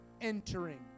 entering